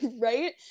right